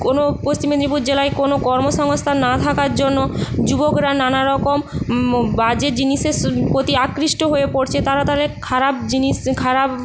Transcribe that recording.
কোনো পশ্চিম মেদিনীপুর জেলায় কোনো কর্মসংস্থান না থাকার জন্য যুবকরা নানা রকম বাজে জিনিসের স্ প্রতি আকৃষ্ট হয়ে পড়ছে তারা তাদের খারাপ জিনিস খারাপ